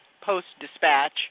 Post-Dispatch